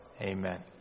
Amen